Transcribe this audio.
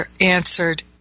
answered